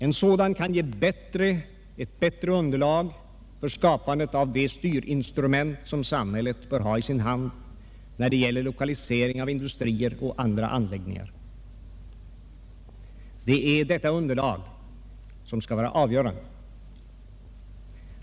En sådan kan ge ett bättre underlag för skapandet av de styrinstrument som samhället bör ha i sin hand när det gäller lokalisering av industrier och andra anläggningar. Det är detta underlag som skall vara avgörande.